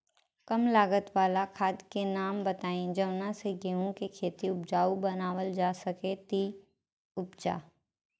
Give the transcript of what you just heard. कम लागत वाला खाद के नाम बताई जवना से गेहूं के खेती उपजाऊ बनावल जा सके ती उपजा?